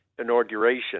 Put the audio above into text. Inauguration